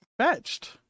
fetched